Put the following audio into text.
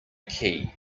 key